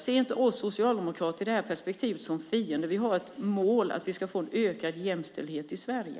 Se inte oss socialdemokrater i det här perspektivet som fiender! Vi har ett mål, att vi ska få en ökad jämställdhet i Sverige.